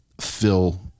fill